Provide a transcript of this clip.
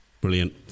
Brilliant